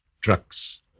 trucks